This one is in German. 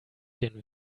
den